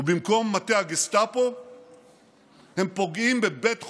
ובמקום מטה הגסטפו הם פוגעים בבית חולים,